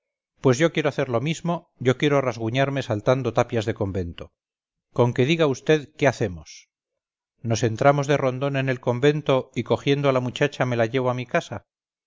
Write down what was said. pues yo quiero hacer lo mismo yo quiero rasguñarme saltando tapias de convento con que diga vd qué hacemos nos entramos de rondón en el convento y cogiendo a la muchacha me la llevo a mi casa